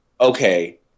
okay